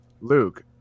Luke